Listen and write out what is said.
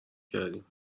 کردیم